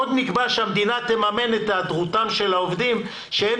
עוד נקבע שהמדינה תממן את היעדרותם של העובדים שאין